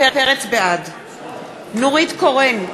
בעד נורית קורן,